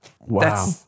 Wow